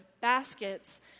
baskets